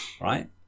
right